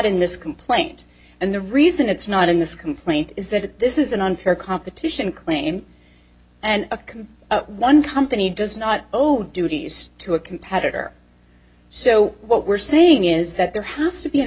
in this complaint and the reason it's not in this complaint is that this is an unfair competition claim and a one company does not owe duties to a competitor so what we're saying is that there has to be an